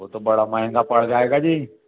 वह तो बड़ा महँगा पड़ जाएगा जी